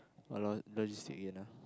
walao logistic again ah